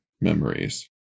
memories